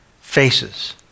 faces